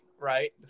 right